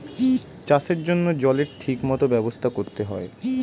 চাষের জন্য জলের ঠিক মত ব্যবস্থা করতে হয়